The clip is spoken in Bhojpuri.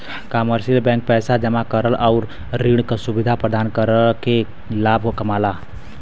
कमर्शियल बैंक पैसा जमा करल आउर ऋण क सुविधा प्रदान करके लाभ कमाला